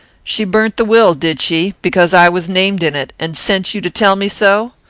she burnt the will, did she, because i was named in it and sent you to tell me so?